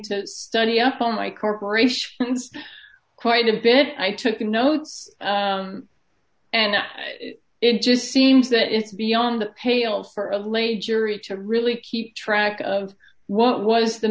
to study up on my corporations quite a bit i took notes and it just seems that it's beyond the pale for of lay jury to really keep track of what was the